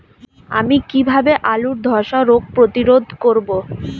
আমি কিভাবে আলুর ধ্বসা রোগ প্রতিরোধ করব?